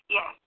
Yes